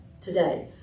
today